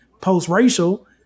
post-racial